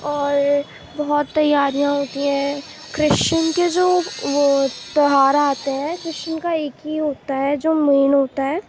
اور بہت تیاریاں ہوتی ہیں کرسچن کے جو وہ تہوار آتے ہیں کرسچن کا ایک ہی ہوتا ہے جو مین ہوتا ہے